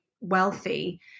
wealthy